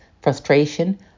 frustration